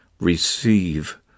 Receive